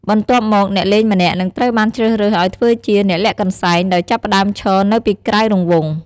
បន្ទាប់មក អ្នកលេងម្នាក់នឹងត្រូវបានជ្រើសរើសឱ្យធ្វើជា អ្នកលាក់កន្សែង ដោយចាប់ផ្តើមឈរនៅពីក្រៅរង្វង់។